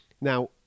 Now